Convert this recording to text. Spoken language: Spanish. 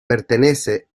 pertenece